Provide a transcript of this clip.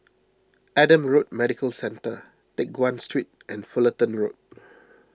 Adam Road Medical Centre Teck Guan Street and Fullerton Road